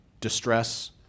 distress